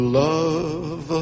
love